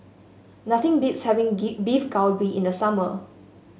nothing beats having Beef Galbi in the summer